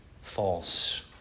false